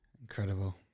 Incredible